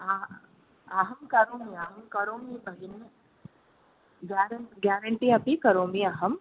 हा अहं करोमि अहं करोमि भगिनि ग्यारण् ग्यारेण्टी अपि करोमि अहं